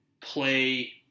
play